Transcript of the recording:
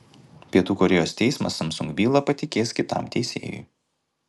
pietų korėjos teismas samsung bylą patikės kitam teisėjui